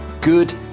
good